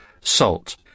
Salt